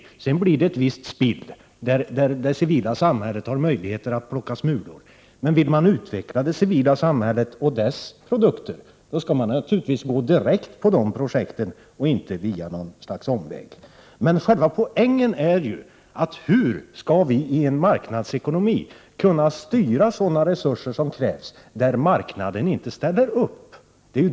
Från dessa blir det ett visst spill, där det civila samhället har möjligheter att plocka smulor. Men om man vill utveckla produkter för det civila samhället, skall man naturligtvis gå direkt på de projekten, inte gå en omväg för att genomföra dem. Frågan är: Hur skall vi i en marknadsekonomi kunna styra resurser dit där vi behöver dem, när marknaden inte ställer upp?